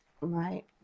Right